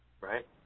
right